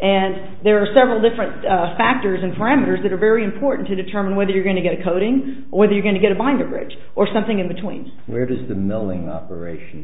and there are several different factors and parameters that are very important to determine whether you're going to get a coating or whether you're going to get a bind a bridge or something in between where does the milling operation